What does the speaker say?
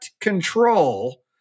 control